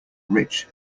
rich